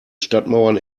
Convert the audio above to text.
stadtmauern